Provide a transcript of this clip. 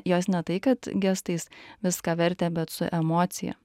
jos ne tai kad gestais viską vertė bet su emocija